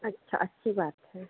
अच्छा अच्छी बात है